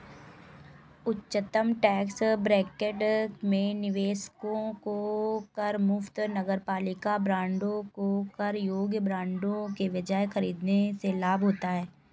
उच्चतम tax bracket में निवेशकों को करमुक्त नगरपालिका बांडों को कर योग्य बांडों के बजाय खरीदने से लाभ होता है